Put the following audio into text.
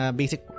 basic